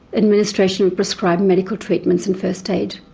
administration of prescribed medical treatments and first aid.